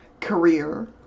career